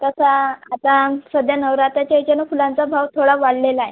तसा आता सध्या नवरात्राच्या याच्यानं फुलांचा भाव थोडा वाढलेला आहे